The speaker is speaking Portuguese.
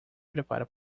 prepara